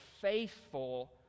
faithful